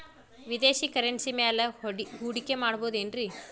ವಿದೇಶಿ ಕರೆನ್ಸಿ ಮ್ಯಾಲೆ ಹೂಡಿಕೆ ಮಾಡಬಹುದೇನ್ರಿ?